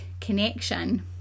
connection